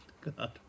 God